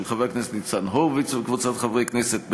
של חבר הכנסת ניצן הורוביץ וקבוצת חברי הכנסת,